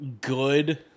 good